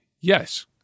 yes